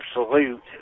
Absolute